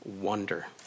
wonder